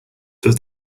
does